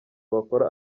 bakora